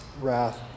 wrath